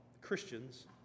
Christians